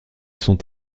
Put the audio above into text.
sont